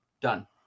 done